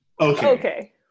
Okay